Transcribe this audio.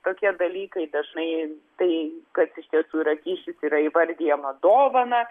tokie dalykai dažnai tai kas iš tiesų yra kyšis yra įvardijama dovana